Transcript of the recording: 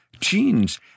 genes